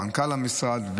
מנכ"ל המשרד,